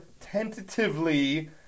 tentatively